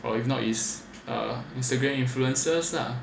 or if not is uh Instagram influencers ah